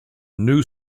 new